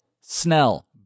Snell